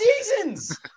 seasons